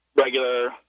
regular